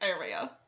area